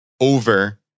over